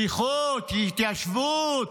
שליחות, התיישבות,